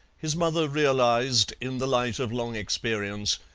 his mother realized, in the light of long experience,